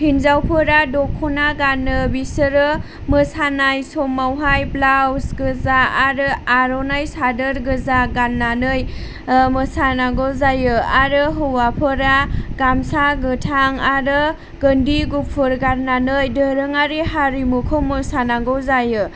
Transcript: हिन्जावफोरा द'खना गानो बिसोरो मोसानाय समावहाय ब्लाउस गोजा आरो आर'नाइ सादोर गोजा गाननानै मोसानांगौ जायो आरो हौवाफोरा गामसा गोथां आरो गेन्दि गुफुर गाननानै दोरोङारि हारिमुखौ मोसानांगौ जायो